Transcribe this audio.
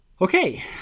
Okay